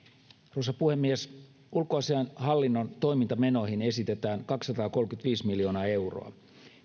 arvoisa puhemies ulkoasiainhallinnon toimintamenoihin esitetään kaksisataakolmekymmentäviisi miljoonaa euroa